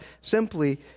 simply